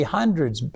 hundreds